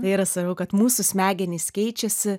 tai yra svarbu kad mūsų smegenys keičiasi